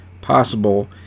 possible